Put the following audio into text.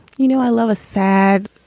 you know, i love a sad,